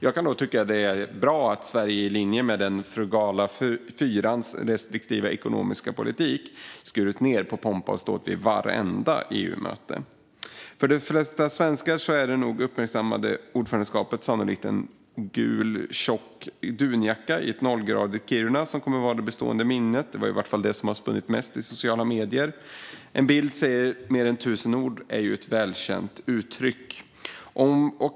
Jag kan tycka att det är bra att Sverige i linje med frugala fyrans restriktiva ekonomiska politik skurit ned på pompa och ståt vid vartenda EU-möte. För det flesta svenskar är nog det mest uppmärksammade under ordförandeskapet sannolikt en gul tjock dunjacka i ett nollgradigt Kiruna. Det kommer att vara det bestående minnet. Det är i varje fall det som det stått mest om i sociala medier. En bild säger mer än tusen ord. Det är ett välkänt uttryck.